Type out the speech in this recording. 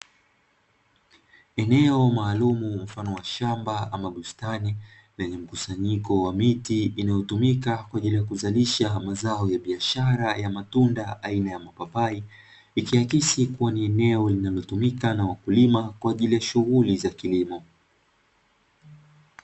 Eneo maalumu mfano wa shamba ama bustani, lenye mkusanyiko wa miti inayotumika kwa ajili ya kuzalisha mazao ya biashara ya matunda aina ya mapapai, ikiakisi kuwa ni eneo inayotumika na wakulima kwa ajili ya shughuli za kilimo.